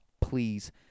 Please